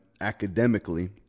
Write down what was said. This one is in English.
academically